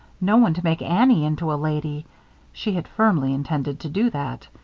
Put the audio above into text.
no one to make annie into a lady she had firmly intended to do that.